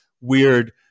weird